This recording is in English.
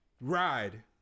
ride